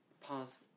Pause